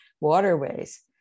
waterways